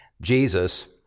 jesus